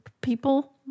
people